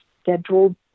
scheduled